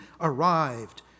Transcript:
arrived